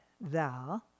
thou